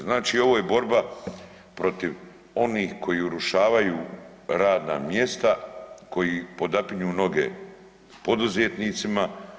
Znači ovo je borba protiv onih koji urušavaju radna mjesta, koja podapinju noge poduzetnicima.